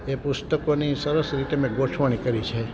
એ પુસ્તકોની સરસ રીતે મેં ગોઠવણી કરી છે